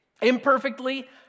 Imperfectly